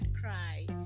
cry